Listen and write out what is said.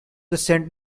saint